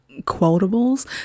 quotables